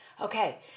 Okay